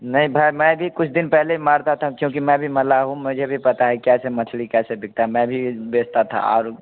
नहीं भाई मैं भी कुछ दिन पहले मारता था क्योंकि मैं भी मल्लाह हूँ मुझे भी पता है कैसे मछली कैसे बिकता है मैं भी बेचता था और